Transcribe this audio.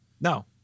No